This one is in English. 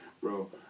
bro